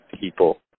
people